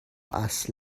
اصل